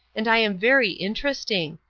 and i am very interesting,